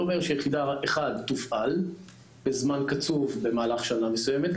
זה אומר שיחידה 1 תופעל בזמן קצוב במהלך השנה מסוימת,